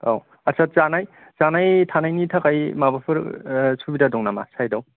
औ आत्सा जानाय जानाय थानायनि थाखाय माबाफोर ओह सुबिदा दं नामा सायदाव